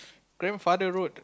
grandfather road